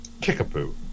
Kickapoo